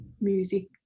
music